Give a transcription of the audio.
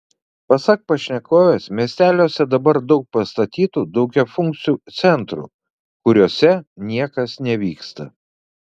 pasak pašnekovės miesteliuose dabar daug pastatytų daugiafunkcių centrų kuriuose niekas nevyksta